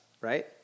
right